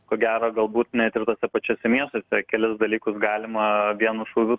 ko gero galbūt net ir tuose pačiuose miestuose kelis dalykus galima vienu šūviu